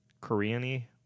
Korean-y